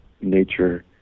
nature